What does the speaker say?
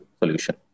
solution